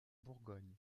bourgogne